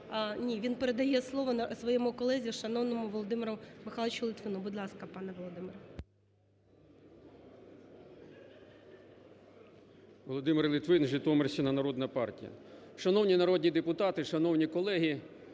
він передає слово своєму колезі шановному Володимиру Михайловичу Литвину. Будь ласка, пане Володимир. 10:19:18 ЛИТВИН В.М. Володимир Литвин, Житомирщина, Народна Партія. Шановні народні депутати, шановні колеги!